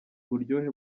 buryohe